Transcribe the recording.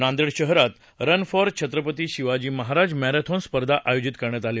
नांदेड शहरात run for Chhatrapati Shivaji Maharaj marathon स्पर्धा घेण्यात आली